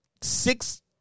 six